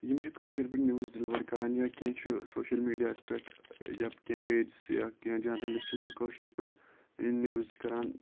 یِم چھِ کٲشٕر پٲٹھۍ نِوٕز ڈیلور کَران یا کینٛہہ چھُ سوشَل میٖڈیاہَس پیٹھ یا کینٛہہ پیجس یا کینٛہہ جرنَلسٹس یِم کٲشٕر پٲٹھۍ یہِ نِوٕز چھِ کَران